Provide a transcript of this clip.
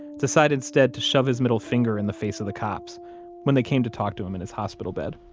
decide instead to shove his middle finger in the face of the cops when they came to talk to him in his hospital bed?